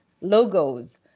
logos